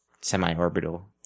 semi-orbital